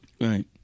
Right